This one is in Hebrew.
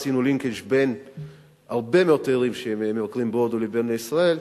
עשינו לינקג' בין הרבה מאוד תיירים שמבקרים בהודו לבין ישראל,